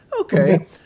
Okay